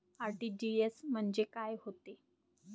RTGS म्हंजे काय होते?